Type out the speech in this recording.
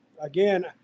Again